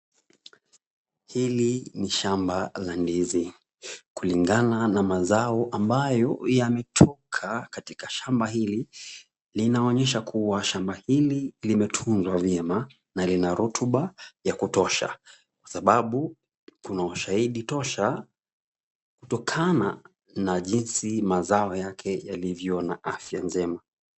Hili ni shamba la ndizi kulingana na mazao ambayo yametoka katika shamba hili. Linaonyesha kua shanba hili limetunzwa vyema na lina rotuba ya kutosha sababu kuna ushahidi tosha kutokana na jinsi mazao yake yalivyo na afya njema.